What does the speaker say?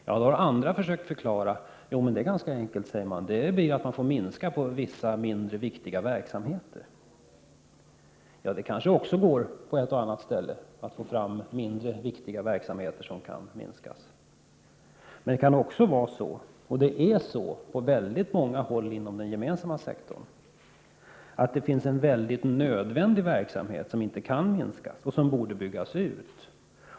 Det är ju två parter som skall förhandla. Då har andra sagt att det också är enkelt: Man får då minska på vissa mindre viktiga verksamheter. Det kanske också går på ett och annat håll. Men det kan också vara så — och är det på många håll inom den gemensamma sektorn — att det förekommer nödvändig verksamhet som inte kan minskas utan som borde byggas ut.